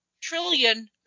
trillion